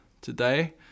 Today